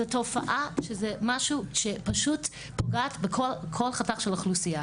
זאת תופעה שזה משהו שפשוט פוגע בכל חתך של אוכלוסייה